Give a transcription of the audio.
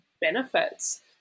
benefits